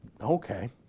Okay